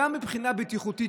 גם מבחינה בטיחותית,